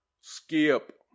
Skip